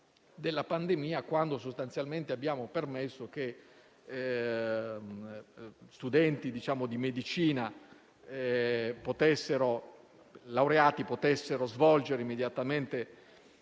della pandemia, quando sostanzialmente abbiamo permesso che gli studenti di medicina laureati potessero svolgere immediatamente